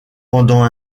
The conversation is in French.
pendant